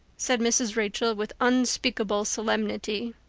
said mrs. rachel with unspeakable solemnity.